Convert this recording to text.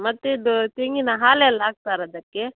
ಮತ್ತು ಇದು ತೆಂಗಿನ ಹಾಲೆಲ್ಲ ಹಾಕ್ತಾರ ಅದಕ್ಕೆ